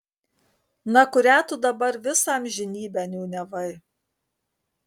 na kurią tu dabar visą amžinybę niūniavai